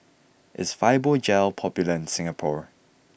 is Fibogel popular in Singapore